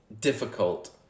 difficult